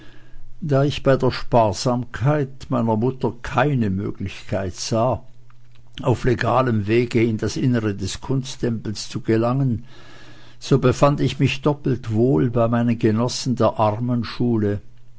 da ich bei der sparsamkeit meiner mutter keine möglichkeit sah auf legalem wege in das innere des kunsttempels zu gelangen so befand ich mich doppelt wohl bei meinen genossen der armenschule